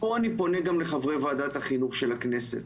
פה אני פונה גם לחברי ועדת החינוך של הכנסת,